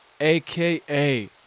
aka